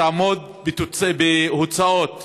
שתעמוד בהוצאות